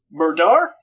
Murdar